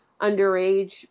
underage